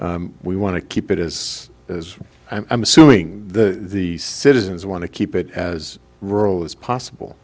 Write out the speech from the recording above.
c we want to keep it as i'm assuming the the citizens want to keep it as rural as possible